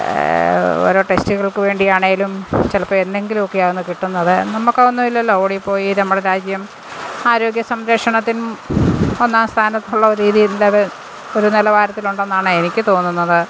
ഓരോ ടെസ്റ്റുകൾക്ക് വേണ്ടി ആണെങ്കിലും ചിലപ്പം എന്നെങ്കിലും ഒക്കെ ആണ് കിട്ടുന്നത് നമുക്കതൊന്നും ഇല്ലല്ലോ ഓടിപ്പോയി നമ്മളെ രാജ്യം ആരോഗ്യസംരക്ഷണത്തിലും ഒന്നാം സ്ഥാനം ഉള്ള രീതിയിലത് ഒരു നിലവാരത്തിലുണ്ടെന്നാണ് എനിക്ക് തോന്നുന്നത്